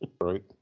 Right